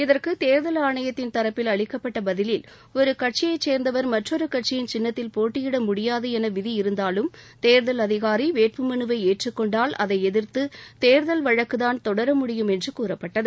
இதற்கு கேர்கல் ஆணையத்தின் தரப்பில் அளிக்கப்பட்ட பதிலில் ஒரு கட்சியைச் சேர்நதவர் மற்றொரு கட்சியின் சின்னத்தில் போட்டியிட முடியாது என விதி இருந்தாலும் தேர்தல் அதிகாரி வேட்பு மனுவை ஏற்றுக் கொண்டால் அதை எதிர்த்து தேர்தல் வழக்குதான் தொடர முடியும் என்று கூறப்பட்டது